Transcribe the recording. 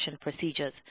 procedures